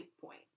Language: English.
point